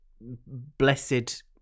blessed